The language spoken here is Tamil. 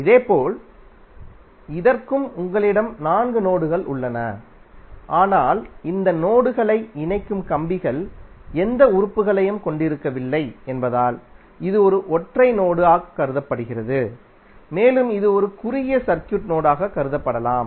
இதேபோல் இதற்கும் உங்களிடம் நான்கு நோடுகள் உள்ளன ஆனால் இந்த நோடுகளை இணைக்கும் கம்பிகள் எந்த உறுப்புகளையும் கொண்டிருக்கவில்லை என்பதால் இது ஒரு ஒற்றை நோடு ஆக்க் கருதப்படுகிறது மேலும் இது ஒரு குறுகிய சர்க்யூட் நோடு ஆக கருதப்படலாம்